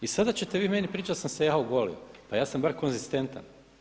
I sada ćete vi meni pričati da sam se ja ogolio, pa ja sam bar konzistentan.